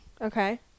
Okay